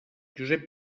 josep